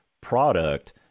product